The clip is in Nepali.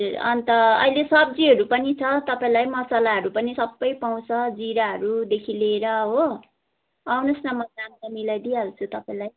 हजुर अन्त अहिले सब्जीहरू पनि छ तपाईँलाई मसलाहरू पनि सबै पाउँछ जिराहरूदेखि लिएर हो आउनुहोस् न म दाम त मिलाइदिई हाल्छु म तपाईँलाई